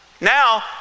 Now